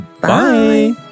bye